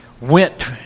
went